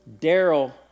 Daryl